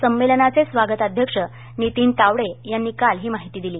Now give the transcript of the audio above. संमेलनाचे स्वागताध्यक्ष नितीन तावडे यांनी काल ही माहिती दिली